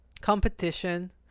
competition